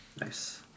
Nice